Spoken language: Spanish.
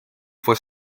fue